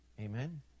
Amen